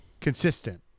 Consistent